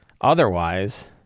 Otherwise